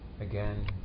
again